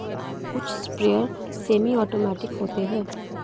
कुछ sprayer semi automatic होते हैं